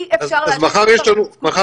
אי אפשר להמשיך ככה, אנחנו מאבדים את העם.